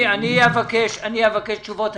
אבקש תשובות.